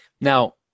Now